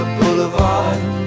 Boulevard